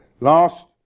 Last